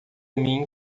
mim